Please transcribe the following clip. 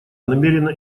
намерена